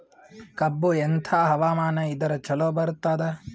ಕಬ್ಬು ಎಂಥಾ ಹವಾಮಾನ ಇದರ ಚಲೋ ಬರತ್ತಾದ?